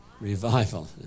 Revival